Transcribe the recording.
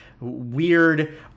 weird